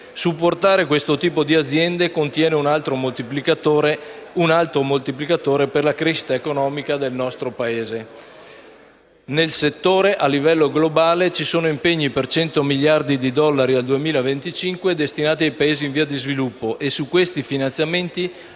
Supportare questo tipo di aziende contiene un alto moltiplicatore per la crescita economica del nostro Paese. Nel settore, a livello globale, ci sono impegni per 100 miliardi di dollari al 2025, destinati ai Paesi in via di sviluppo. Su questi finanziamenti